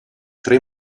tre